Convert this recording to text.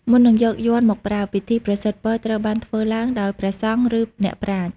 មុននឹងយកយ័ន្តមកប្រើ ពិធីប្រសិទ្ធិពរត្រូវបានធ្វើឡើងដោយព្រះសង្ឃឬអ្នកប្រាជ្ញ។